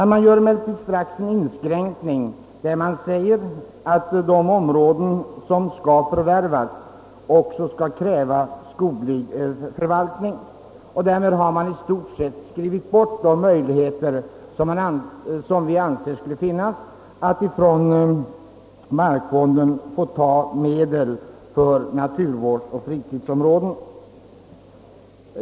Utskottet gör emellertid strax en inskränkning, när det säger att de områden som skall förvärvas också skall kräva skoglig förvaltning. Därmed har utskottet i stort sett skrivit bort möjligheterna att ta i anspråk medel från markfonden för att förvärva naturvårdsoch fritidsområden.